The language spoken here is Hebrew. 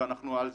ואנחנו על זה.